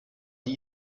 die